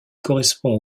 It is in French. correspond